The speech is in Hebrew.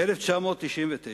ב-1999,